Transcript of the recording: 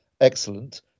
excellent